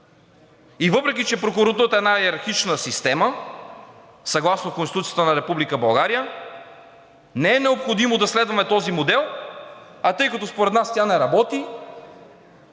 И въпреки че прокуратурата е една йерархична система, съгласно Конституцията на Република България, не е необходимо да следваме този модел, а тъй като според нас тя не работи